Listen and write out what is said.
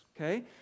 Okay